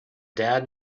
dad